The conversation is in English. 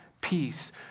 peace